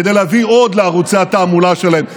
כדי להביא עוד לערוצי התעמולה שלהם.